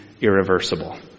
irreversible